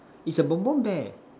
is a bom bom bear